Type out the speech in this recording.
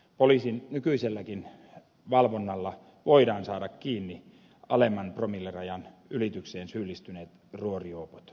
poliisin nykyiselläkin valvonnalla voidaan saada kiinni alemman promillerajan ylitykseen syyllistyneet ruorijuopot